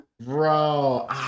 Bro